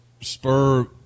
spur